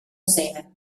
cena